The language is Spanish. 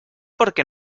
porque